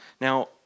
Now